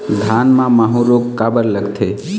धान म माहू रोग काबर लगथे?